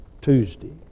Tuesday